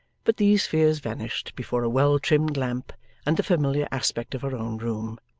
but these fears vanished before a well-trimmed lamp and the familiar aspect of her own room.